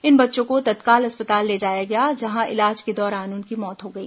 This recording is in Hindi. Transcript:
इन बच्चों को तत्काल अस्पताल ले जाया गया जहां इलाज के दौरान उनकी मौत हो गई